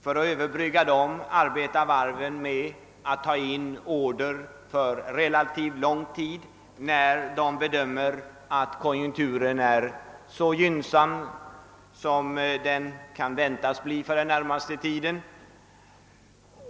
För att överbrygga dem arbetar varven med att ta in order för relativt lång tid, när de bedömer att konjunkturen kan väntas bli gynnsam för den närmaste tiden.